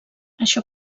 això